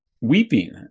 weeping